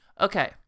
Okay